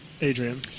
Adrian